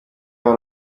wari